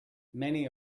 many